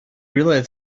realized